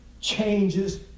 changes